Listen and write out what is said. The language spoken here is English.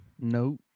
No